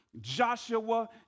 Joshua